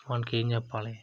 వానికి ఏమి చెప్పాలి